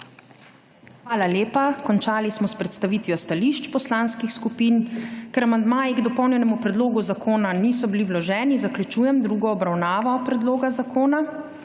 Hvala lepa. Končali smo s predstavitvijo stališč poslanskih skupin. Ker amandmaji k dopolnjenemu predlogu zakona niso bili vloženi, zaključujem drugo obravnavo predloga zakona.